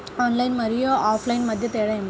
Online మరియు offline మధ్య తేడా ఏమిటీ?